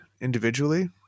individually